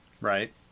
Right